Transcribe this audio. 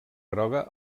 groga